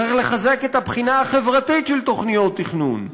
צריך לחזק את הבחינה החברתית של תוכניות תכנון.